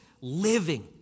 living